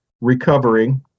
recovering